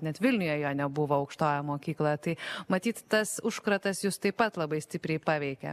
net vilniuje jo nebuvo aukštojoj mokykloje tai matyt tas užkratas jus taip pat labai stipriai paveikė